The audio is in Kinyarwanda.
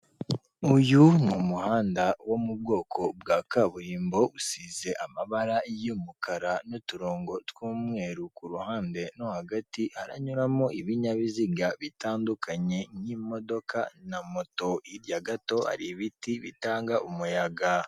Uyu ni umuhanda wo mu bwoko bwa kaburimbo usize amabara y'umukara n'uturongo tw'umweru ku ruhande no hagati haranyuramo ibinyabiziga bitandukanye nk'imodoka na moto, hirya gato hari ibiti bitanga umuyaga.